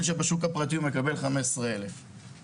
כשבשוק הפרטי הוא מקבל 15,000 שקלים.